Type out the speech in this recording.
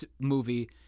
movie